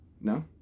No